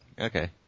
okay